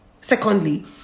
secondly